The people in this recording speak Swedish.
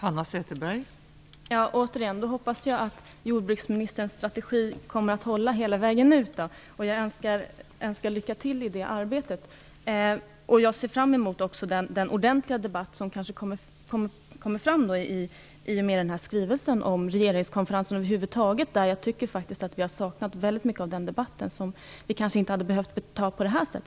Fru talman! Jag hoppas att jordbruksministerns strategi kommer att hålla hela vägen. Jag önskar henne lycka till i det arbetet. Jag ser också fram emot den ordentliga debatt som kanske kommer fram i och med denna skrivelse om regeringskonferensen över huvud taget. Jag tycker faktiskt att vi har saknat väldigt mycket av den debatten, som vi kanske inte hade behövt ta på detta sätt.